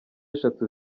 eshatu